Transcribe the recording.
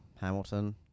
Hamilton